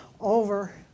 over